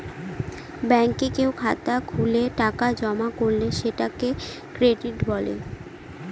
ব্যাঙ্কে কেউ খাতা খুলে টাকা জমা করলে সেটাকে ক্রেডিট বলে